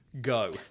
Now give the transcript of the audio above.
Go